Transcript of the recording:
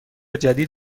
جدید